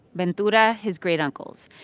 ventura, his great uncle's.